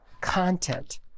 Content